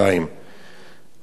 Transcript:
לפני כמה חודשים